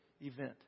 event